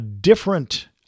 different